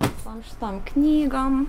visom šitom knygom